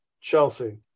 Chelsea